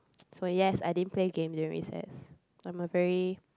so yes I didn't play games during recess I'm a very